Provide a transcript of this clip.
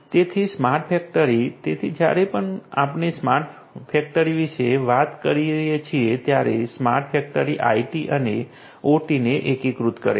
તેથી smart factory તેથી જ્યારે પણ આપણે સ્માર્ટ ફેક્ટરી વિશે વાત કરીએ છીએ ત્યારે સ્માર્ટ ફેક્ટરી IT અને OTને એકીકૃત કરે છે